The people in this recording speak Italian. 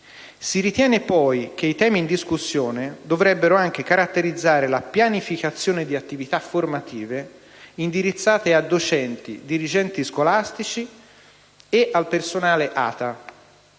Si ritiene poi che i temi in discussione dovrebbero anche caratterizzare la pianificazione di attività formative indirizzate ai docenti, ai dirigenti scolastici e al personale ATA.